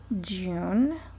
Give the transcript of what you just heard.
june